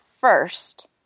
first